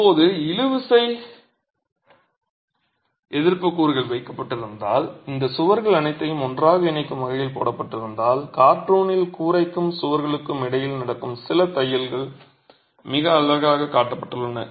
இப்போது இழுவிசை எதிர்ப்பு கூறுகள் வைக்கப்பட்டிருந்தால் இந்த சுவர்கள் அனைத்தையும் ஒன்றாக இணைக்கும் வகையில் போடப்பட்டிருந்தால் கார்ட்டூனில் கூரைக்கும் சுவர்களுக்கும் இடையில் நடக்கும் சில தையல்கள் மிக அழகாக காட்டப்பட்டுள்ளன